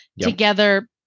together